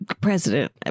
president